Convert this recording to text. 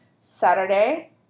Saturday